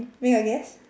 make a guess